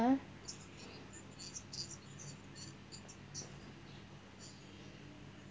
(huh)